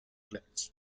glands